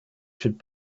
should